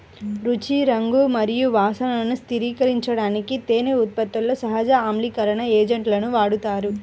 రుచి, రంగు మరియు వాసనను స్థిరీకరించడానికి తేనె ఉత్పత్తిలో సహజ ఆమ్లీకరణ ఏజెంట్లను వాడతారు